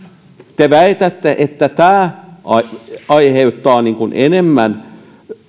te väitätte että tämä aiheuttaa enemmän